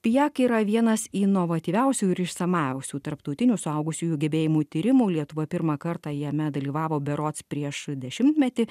pijak yra vienas inovatyviausių ir išsamiausių tarptautinių suaugusiųjų gebėjimų tyrimų lietuva pirmą kartą jame dalyvavo berods prieš dešimtmetį